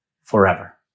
forever